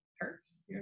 Hurts